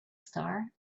star